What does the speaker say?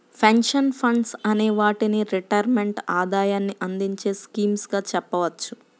pension funds అనే వాటిని retirement ఆదాయాన్ని అందించే స్కీమ్స్ గా చెప్పవచ్చు